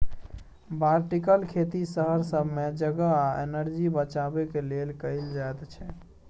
vertical खेती शहर सब मे जगह आ एनर्जी बचेबाक लेल कएल जाइत छै